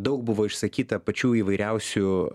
daug buvo išsakyta pačių įvairiausių